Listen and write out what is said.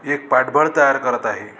एक पाठबळ तयार करत आहे